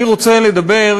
אני רוצה לדבר,